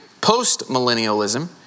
Post-millennialism